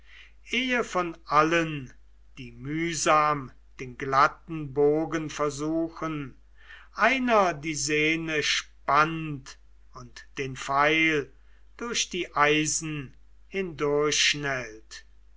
von allen die mühsam den glatten bogen versuchen einer die senne spannt und den pfeil durch die eisen